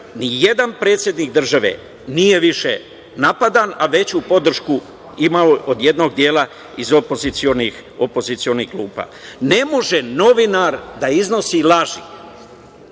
ni jedan predsednik države nije više napadan, a veću podršku ima od jednog dela opozicionih klupa. Ne može novinar da iznosi laži.